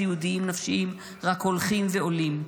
הסיעודיים והנפשיים רק הולכים ועולים.